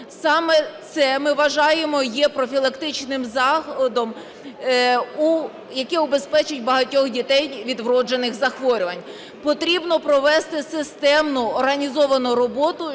Саме це, ми вважаємо, є профілактичним заходом, який убезпечить багатьох дітей від вроджених захворювань. Потрібно провести системну організовану роботу